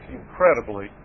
incredibly